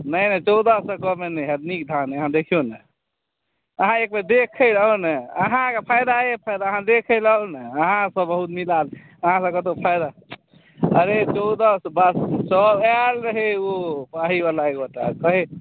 नहि नहि चौदहसँ कममे नहि हैत नीक धान अइ अहाँ देखियौ ने अहाँ एक बेर देखयले आउ ने अहाँके फायदाए फायदा अहाँ देखयले आउ ने अहाँ तऽ बहुत नीक आदमी अहाँसँ कतहु फायदा अरे चौदहके आयल रहै ओ पाहीवला एकगोटा कहय